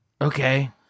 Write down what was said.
okay